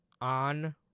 on